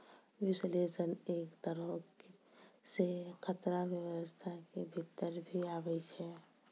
विश्लेषण एक तरहो से खतरा व्यवस्था के भीतर भी आबै छै